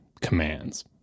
commands